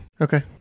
Okay